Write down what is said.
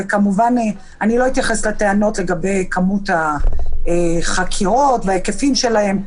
כמובן שאני לא אתייחס לטענות לגבי כמות החקירות וההיקפים שלהן,